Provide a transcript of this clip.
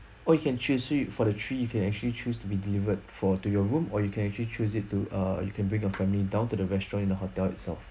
oh you can choose so for the three you can actually choose to be delivered for to your room or you can actually choose it to uh you can bring your family down to the restaurant in the hotel itself